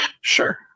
Sure